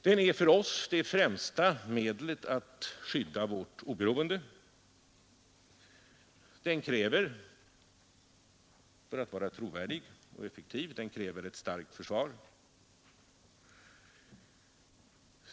Den är för oss det främsta medlet att skydda vårt oberoende. Den kräver, för att vara trovärdig och effektiv, ett starkt försvar.